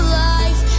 life